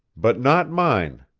but not mine,